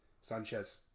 Sanchez